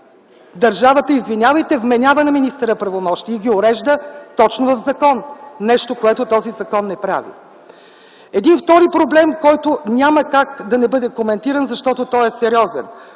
Държавата, извинявайте, вменява на министъра правомощия и ги урежда точно в закон – нещо, което този закон не прави. Един втори проблем, който няма как да не бъде коментиран, защото той е сериозен.